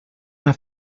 una